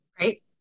Right